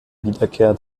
wiederkehr